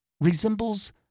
resembles